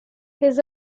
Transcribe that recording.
his